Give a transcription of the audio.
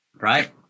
right